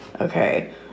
Okay